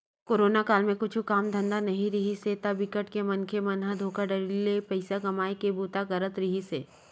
corona काल म कुछु काम धंधा नइ रिहिस हे ता बिकट के मनखे मन ह धोखाघड़ी ले पइसा कमाए के बूता करत रिहिस हे